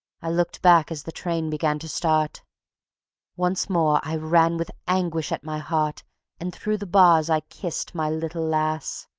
i looked back as the train began to start once more i ran with anguish at my heart and through the bars i kissed my little lass.